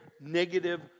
negative